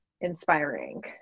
inspiring